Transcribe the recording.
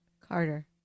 Carter